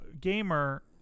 gamer